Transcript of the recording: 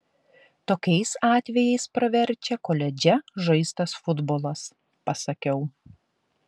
tokiais atvejais praverčia koledže žaistas futbolas pasakiau